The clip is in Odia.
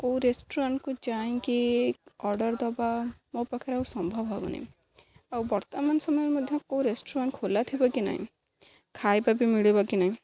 କୋଉ ରେଷ୍ଟୁରାଣ୍ଟ୍କୁ ଯାଇକି ଅର୍ଡ଼ର୍ ଦେବା ମୋ ପାଖରେ ଆଉ ସମ୍ଭବ ହେବନି ଆଉ ବର୍ତ୍ତମାନ ସମୟରେ ମଧ୍ୟ କୋଉ ରେଷ୍ଟୁରାଣ୍ଟ୍ ଖୋଲା ଥିବ କି ନାହିଁ ଖାଇବା ବି ମିଳିବ କି ନାହିଁ